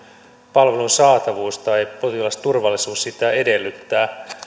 palvelun saatavuus tai potilasturvallisuus sitä edellyttää